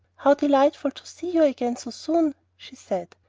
how delightful to see you again so soon! she said.